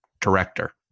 director